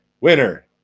winner